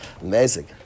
Amazing